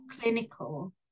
clinical